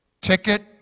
ticket